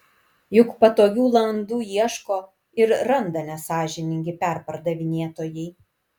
juk patogių landų ieško ir randa nesąžiningi perpardavinėtojai